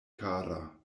kara